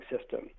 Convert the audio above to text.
system